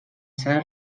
sala